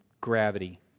gravity